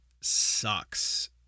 sucks